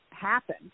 happen